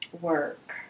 Work